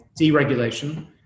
deregulation